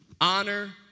honor